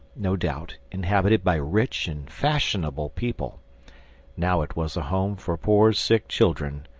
no doubt, inhabited by rich and fashionable people now it was a home for poor sick children,